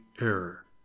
error